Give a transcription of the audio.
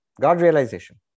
God-realization